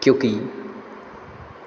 क्योंकि